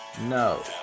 no